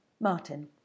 martin